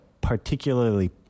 particularly